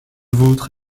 vôtre